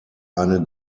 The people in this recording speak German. eine